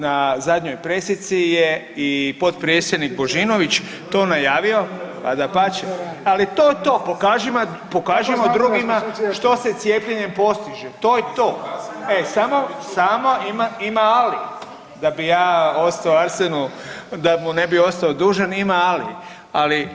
Na zadnjoj pressici je i potpredsjednik Božinović to najavio, a dapače, ali to je to pokažimo drugima što se cijepljenjem postiže to je to, samo ima ali, da bi ja ostao Arsenu, da mu ne bi ostao dužan ima ali.